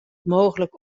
mooglik